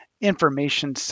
information